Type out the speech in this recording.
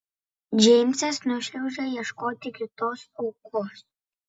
džeimsas nušliaužia ieškoti kitos aukos